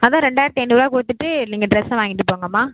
அதான் ரெண்டாயிரத்து ஐநூறுவா கொடுத்துட்டு நீங்கள் டிரெஸ்ஸை வாங்கிகிட்டு போங்கம்மா